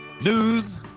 news